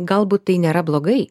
galbūt tai nėra blogai